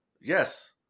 yes